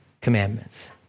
commandments